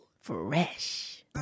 fresh